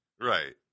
Right